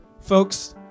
Folks